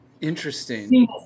Interesting